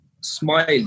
smile